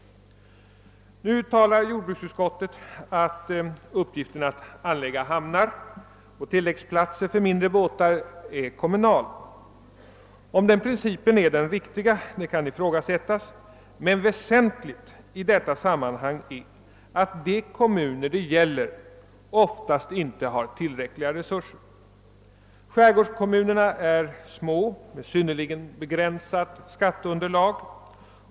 Nu uttalar jordbruksutskottet att uppgiften att anlägga hamnar och tilläggsplatser för mindre båtar är kommunal. Om den principen är den riktiga kan ifrågasättas, men väsentligt i detta sammanhang är att de kommuner det gäller oftast inte har tillräckliga resurser. Skärgårdskommunerna är små och har ett synnerligen begränsat skatteunderlag.